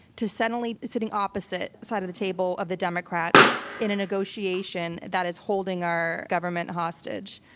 to suddenly sitting opposite side of the table of the democrats in a negotiation that is holding our government hostage.